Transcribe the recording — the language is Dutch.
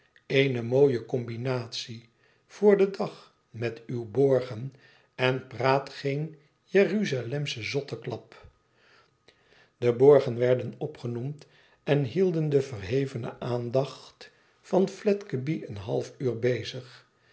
eene mooie combinatie voor den dag met uwe borgen en praat geen eruzalem zotteklap de borgen werden opgenoemd en hielden de verhevene aandacht van fledgeby een half uur bezig